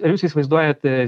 ar jūs įsivaizduojate